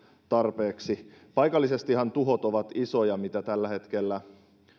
tarpeeksi paikallisestihan tuhot ovat isoja mitä tällä hetkellä